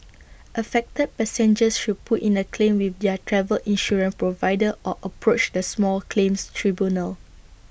affected passengers should put in A claim with their travel insurance provider or approach the small claims tribunal